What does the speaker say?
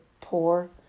poor